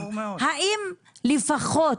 האם לפחות